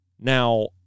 Now